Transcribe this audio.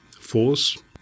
force